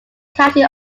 county